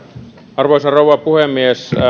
arvoisa rouva puhemies